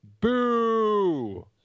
Boo